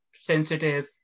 sensitive